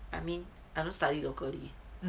I mean I don't study locally